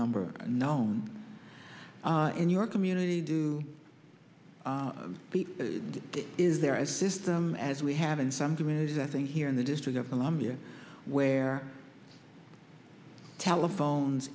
number known in your community do but it is there as a system as we have in some communities i think here in the district of columbia where telephone